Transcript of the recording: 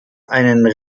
einen